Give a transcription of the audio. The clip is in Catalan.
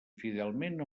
fidelment